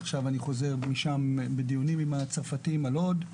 עכשיו אני חוזר משם מדיונים עם הצרפתים על עוד,